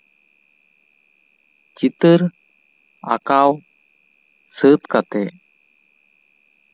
ᱪᱤᱛᱟᱹᱨ ᱟᱸᱠᱟᱣ ᱥᱟᱹᱛ ᱠᱟᱛᱮᱜ